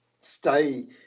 stay